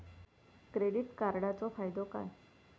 Credit कार्डाचो फायदो काय?